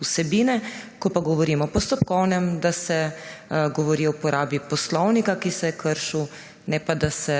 vsebine. Ko pa govorimo o postopkovnem, da se govori o uporabi poslovnika, ki se je kršil, ne pa, da se